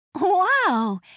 Wow